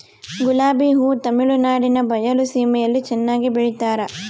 ಗುಲಾಬಿ ಹೂ ತಮಿಳುನಾಡಿನ ಬಯಲು ಸೀಮೆಯಲ್ಲಿ ಚೆನ್ನಾಗಿ ಬೆಳಿತಾರ